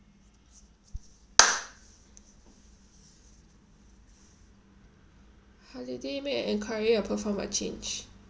holiday make an enquiry or perform a change